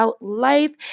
life